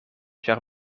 ĉar